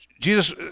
Jesus